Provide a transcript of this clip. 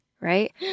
right